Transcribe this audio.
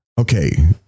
Okay